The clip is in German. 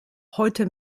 heute